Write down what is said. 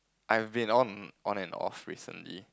I've been on on and off recently